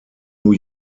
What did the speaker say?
new